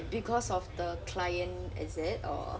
because of the client is it or